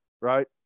right